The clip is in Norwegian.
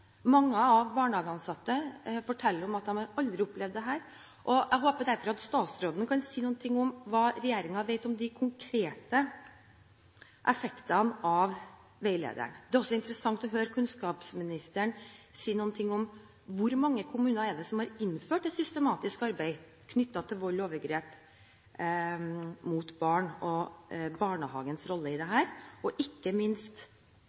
Mange barnehageansatte forteller at de aldri har opplevd dette. Jeg håper derfor at statsråden kan si noe om hva regjeringen vet om de konkrete effektene av veilederen. Det hadde også vært interessant å høre kunnskapsministeren si noe om hvor mange kommuner det er som har innført systematisk arbeid knyttet til vold og overgrep mot barn, barnehagens rolle i dette og ikke minst